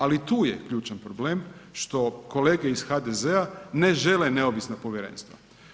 Ali tu je ključan problem što kolege iz HDZ-a ne žele neovisna povjerenstva.